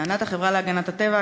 לטענת החברה להגנת הטבע,